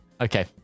Okay